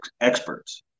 experts